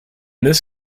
this